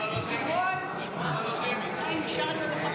הסתייגות לסעיף 1, רצ"ה.